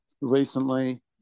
recently